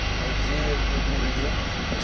fear'twill be reveng'd.